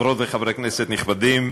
חברות וחברי כנסת נכבדים,